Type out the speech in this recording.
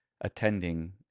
attending